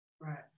Right